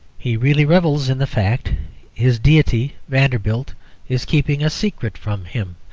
he really revels in the fact his deity vanderbilt is keeping a secret from him.